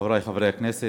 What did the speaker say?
חברי חברי הכנסת,